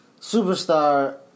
superstar